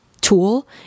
tool